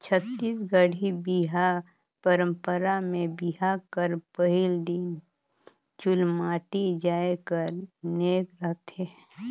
छत्तीसगढ़ी बिहा पंरपरा मे बिहा कर पहिल दिन चुलमाटी जाए कर नेग रहथे